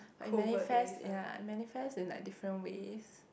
but it manifest ya it manifest in like different ways